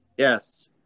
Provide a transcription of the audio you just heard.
Yes